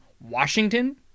Washington